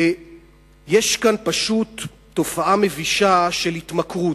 ויש כאן פשוט תופעה מבישה של התמכרות.